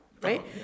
right